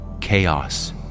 chaos